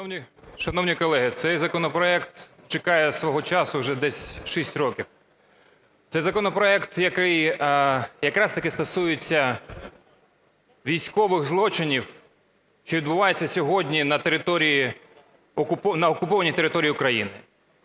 Шановні колеги, цей законопроект чекає свого часу вже десь 6 років. Це законопроект, який якраз-таки стосується військових злочинів, що відбуваються сьогодні на окупованій території України.